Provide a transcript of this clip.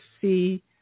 see